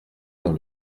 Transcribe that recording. dans